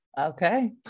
okay